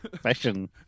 fashion